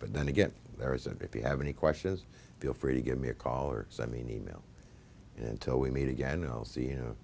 but then again there is a if you have any questions feel free to give me a call or so i mean email until we meet again i'll see you know